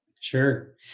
Sure